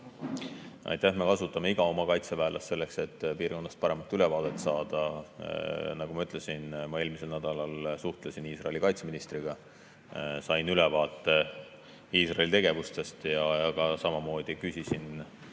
Me kasutame iga oma kaitseväelast selleks, et piirkonnast paremat ülevaadet saada. Nagu ma ütlesin, ma eelmisel nädalal suhtlesin Iisraeli kaitseministriga, sain ülevaate Iisraeli tegevustest ja samamoodi küsisin,